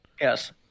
Yes